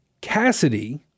Cassidy